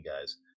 guys